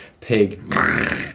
pig